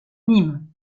nîmes